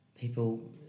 people